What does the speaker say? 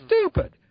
stupid